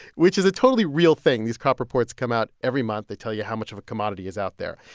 which is a totally real thing. these crop reports come out every month. they tell you how much of a commodity is out there.